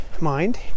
mind